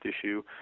issue